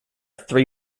three